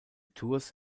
tours